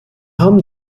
haben